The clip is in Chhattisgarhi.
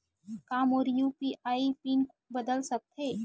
का मोर यू.पी.आई पिन बदल सकथे?